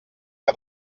que